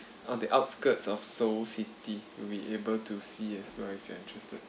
on the outskirts of seoul city we'll be able to see as well if you're interested